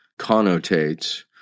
connotates